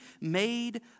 made